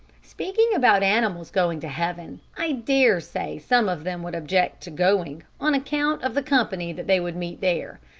speaking about animals going to heaven, i dare say some of them would object to going, on account of the company that they would meet there.